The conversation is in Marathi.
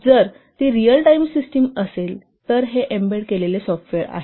जर ती रिअल टाईम सिस्टिम असेल तर हे एम्बेडेड सॉफ्टवेअर आहे